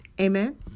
Amen